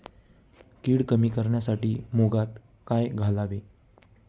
कीड कमी करण्यासाठी मुगात काय घालावे?